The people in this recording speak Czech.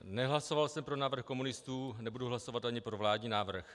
Nehlasoval jsem pro návrh komunistů, nebudu hlasovat ani pro vládní návrh.